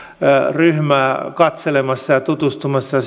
ryhmää katselemassa ja tutustumassa